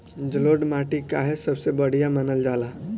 जलोड़ माटी काहे सबसे बढ़िया मानल जाला?